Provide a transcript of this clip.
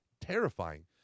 terrifying